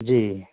جی